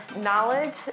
knowledge